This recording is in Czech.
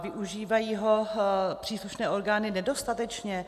Využívají ho příslušné orgány nedostatečně?